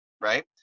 right